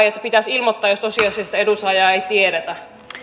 että pitäisi ilmoittaa jos tosiasiallista edunsaajaa ei tiedetä